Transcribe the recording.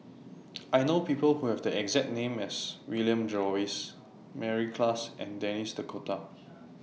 I know People Who Have The exact name as William Jervois Mary Klass and Denis D'Cotta